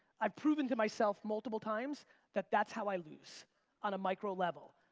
i've proven to myself multiple times that that's how i lose on a micro level.